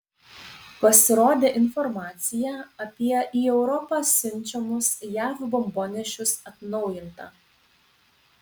pasirodė informacija apie į europą siunčiamus jav bombonešius atnaujinta